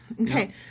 Okay